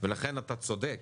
לכן אתה צודק,